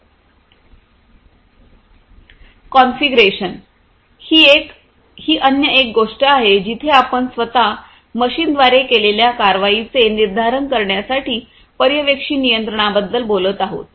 configuration ही अन्य एक गोष्ट आहे जिथे आपण स्वत मशीनद्वारे केलेल्या कारवाईचे निर्धारण करण्यासाठी पर्यवेक्षी नियंत्रणाबद्दल बोलत आहोत